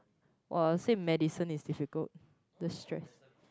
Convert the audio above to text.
well I will say medicine is difficult the stress